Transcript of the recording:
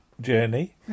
journey